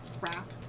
wrap